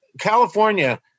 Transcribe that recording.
California